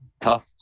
tough